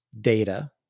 data